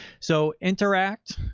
so interact.